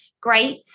great